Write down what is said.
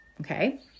okay